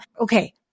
okay